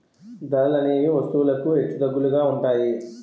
ధరలనేవి వస్తువులకు హెచ్చుతగ్గులుగా ఉంటాయి